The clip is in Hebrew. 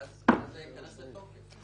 זה ייכנס לתוקף.